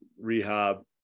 rehab